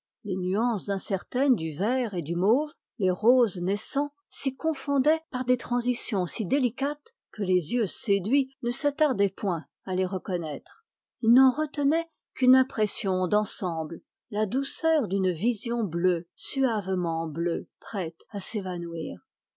les nuances incertaines du vert et du mauve les roses naissants s'y confondaient par des transitions si délicates que les yeux séduits ne s'attardaient point à les reconnaître ils n'en retenaient qu'une impression d'ensemble la douceur d'une vision bleue suavement bleue prête à s'évanouir